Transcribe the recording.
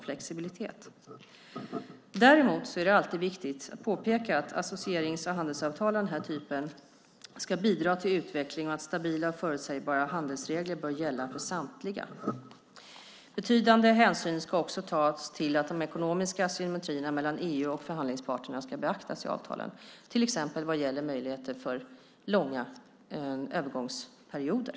Dessutom är det alltid viktigt att påpeka att associerings och handelsavtal av den här typen ska bidra till utveckling och att stabila och förutsägbara handelsregler bör gälla för samtliga. Betydande hänsyn ska också tas till att de ekonomiska asymmetrierna mellan EU och förhandlingsparterna ska beaktas i avtalen, till exempel vad gäller möjligheter för långa övergångsperioder.